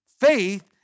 faith